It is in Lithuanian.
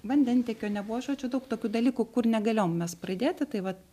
vandentiekio nebuvo žodžiu daug tokių dalykų kur negalėjom mes pradėti tai vat